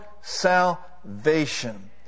salvation